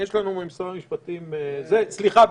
סליחה,